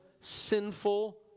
sinful